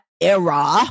era